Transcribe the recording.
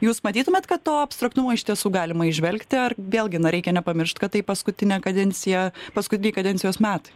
jūs matytumėt kad to abstraktumo iš tiesų galima įžvelgti ar vėlgi na reikia nepamiršt kad tai paskutinė kadencija paskutiniai kadencijos met